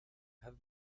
have